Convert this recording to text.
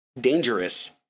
Dangerous